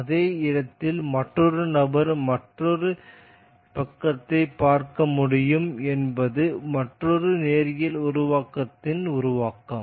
அதே இடத்தில் மற்றொரு நபர் மற்றொரு பக்கத்தைப் பார்க்க முடியும் என்பது மற்றொரு நேரியல் உருவாக்கும் உருவாக்கம்